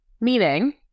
meaning